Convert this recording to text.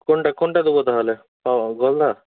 কোনটা কোনটা দেব তাহলে গলদা